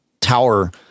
tower